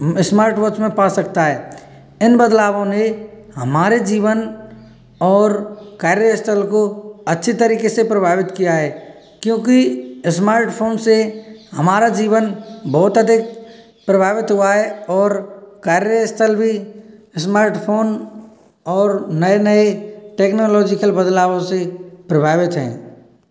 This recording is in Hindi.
स्मार्ट वॉच में पा सकता है इन बदलावों ने हमारे जीवन और कार्य स्थल को अच्छी तरीके से प्रभावित किया है क्योंकि स्मार्टफ़ोन से हमारा जीवन बहुत अधिक प्रभावित हुआ है और कार्य स्थल भी स्मार्टफोन और नए नए टेक्नोलॉजिकल बदलावों से प्रभावित हैं